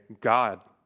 God